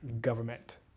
government